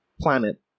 planet